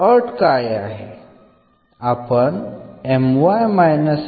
तर अट काय आहे